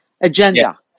agenda